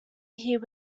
here